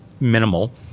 minimal